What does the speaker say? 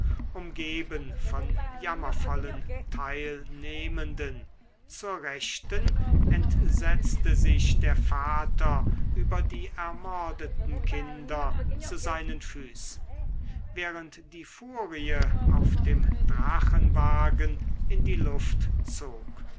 umgeben von jammervollen teilnehmenden zur rechten entsetzte sich der vater über die ermordeten kinder zu seinen füßen während die furie auf dem drachenwagen in die luft zog